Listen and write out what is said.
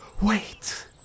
wait